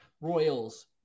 Royals